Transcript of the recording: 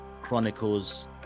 Chronicles